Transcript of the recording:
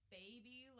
baby